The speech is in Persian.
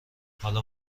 حالا